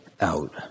out